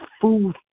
food